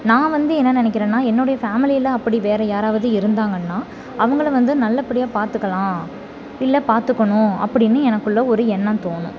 நான் வந்து என்ன நினைக்கிறேன்னா என்னுடைய ஃபேமிலியில் அப்படி வேறு யாராவது இருந்தாங்கனால் அவங்கள வந்து நல்லபடியாக பார்த்துக்கலாம் இல்லை பார்த்துக்கணும் அப்படின்னு எனக்குள்ளே ஒரு எண்ணம் தோணும்